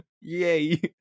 Yay